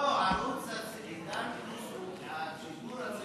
לא, עידן פלוס השידור הציבורי הוא חלק ממנו,